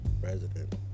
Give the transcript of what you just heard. president